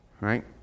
right